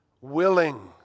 willing